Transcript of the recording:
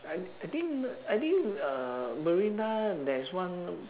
I I think I think uh marina there's one